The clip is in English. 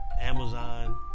Amazon